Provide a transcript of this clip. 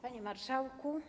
Panie Marszałku!